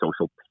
social